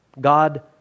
God